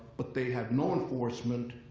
but they had no enforcement.